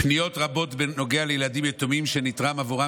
פניות רבות בנוגע לילדים יתומם שנתרם עבורם